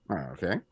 okay